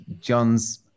John's